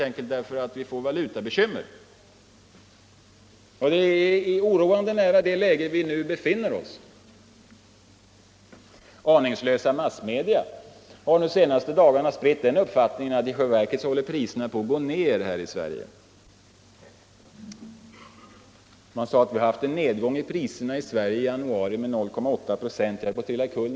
Det är oroande nära det läget vi nu befinner OSS. Aningslösa massmedia har under de senaste dagarna spritt den uppfattningen att priserna i själva verket håller på att gå ned här i Sverige. Man sade i radionyheterna en morgon att priserna gått ned med 0,8 96.